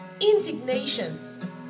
indignation